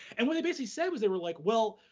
and what they basically said was, they were like, well,